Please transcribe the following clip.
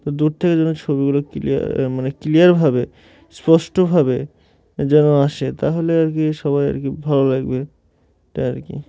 তো দূর থেকে যেন ছবিগুলো ক্লিয়ার মানে ক্লিয়ারভাবে স্পষ্টভাবে যেন আসে তাহলে আর কি সবাই আর কি ভালো লাগবে এটা আর কি